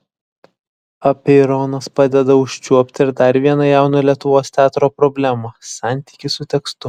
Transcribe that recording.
apeironas padeda užčiuopti ir dar vieną jauno lietuvos teatro problemą santykį su tekstu